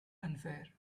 unfair